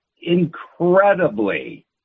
incredibly